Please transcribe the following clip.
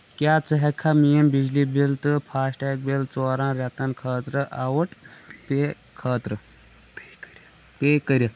کیٛاہ ژٕ ہٮ۪کھا میٲنۍ بِجلی بِل تہٕ فاسٹ ٹیگ بِل ژورن رٮ۪تن خٲطرٕ آٹو پے خٲطرٕ پے کٔرِتھ؟